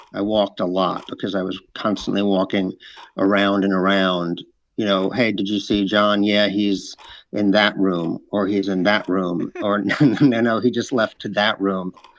i walked a lot because i was constantly walking around and around you know, hey, did you see john? yeah. he's in that room, or he's in that room or no, no, he just left to that room